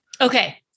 Okay